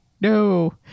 no